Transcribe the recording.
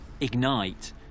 ignite